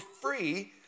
free